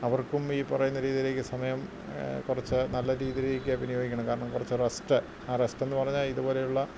അവർക്കും ഈ പറയുന്ന രീതിയിലേക്ക് സമയം കുറച്ച് നല്ല രീതിയിലേക്ക് വിനിയോഗിക്കണം കാരണം കുറച്ച് റസ്റ്റ് ആ റസ്റ്റെന്ന് പറഞ്ഞാല് ഇതുപോലെയുള്ള